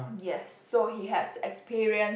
yes so he has experience